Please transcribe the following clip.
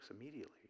immediately